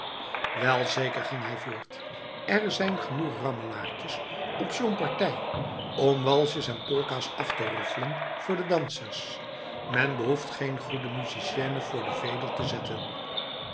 welzeker ging hij voort er zijn genoeg rammelaartjes op zo'n partij om walsjes en polka's af te roffelen voor de dansers men behoeft geen goede musicienne voor de vedel te zetten